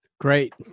Great